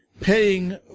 paying